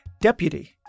Deputy